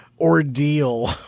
Ordeal